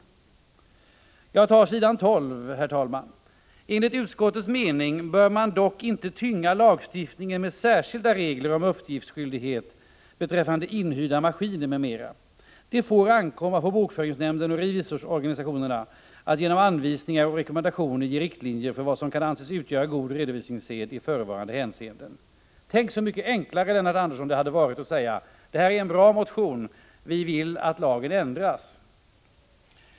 Herr talman! Jag läser sedan från s. 12: ”Enligt utskottets mening bör man dock inte tynga lagstiftningen med särskilda regler om uppgiftsskyldighet beträffande inhyrda maskiner m.m. Det får ankomma på bokföringsnämnden och revisorsorganisationerna att genom anvisningar och rekommendationer ge riktlinjer för vad som kan anses utgöra god redovisningssed i förevarande hänseende.” Tänk så mycket enklare det hade varit, Lennart Andersson, att säga: Det här är en bra motion. Vi vill att lagen ändras.